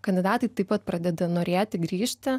kandidatai taip pat pradeda norėti grįžti